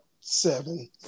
seven